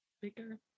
Bigger